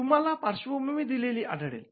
तुम्हाला पार्श्वभूमी दिलेली आढळेल